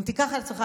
אם תיקח על עצמך,